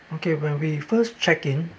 okay when we first check in